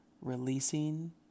releasing